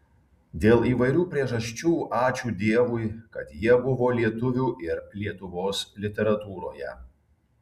dėl įvairių priežasčių ačiū dievui kad jie buvo lietuvių ir lietuvos literatūroje